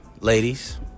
ladies